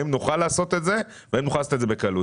האם נוכל לעשות את זה והאם נוכל לעשות את זה בקלות?